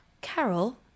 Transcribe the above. Carol